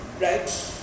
right